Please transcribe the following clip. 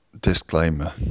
disclaimer